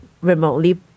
remotely